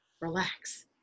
relax